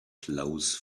close